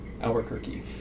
Albuquerque